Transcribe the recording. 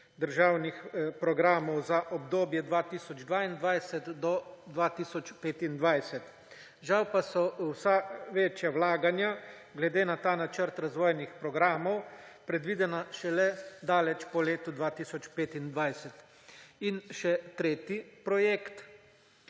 razvojnih programov za obdobje 2022–2025. Žal pa so vsa večja vlaganja glede na ta Načrt razvojnih programov predvidena šele daleč po letu 2025. In še tretji projekt;